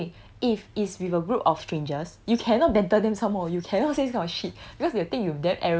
that's the thing if is with a group of strangers you cannot banter them some more you cannot say this kind of shit